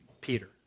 Peter